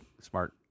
smart